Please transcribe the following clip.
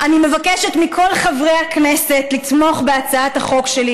אני מבקשת מכל חברי הכנסת לתמוך בהצעת החוק שלי,